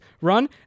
run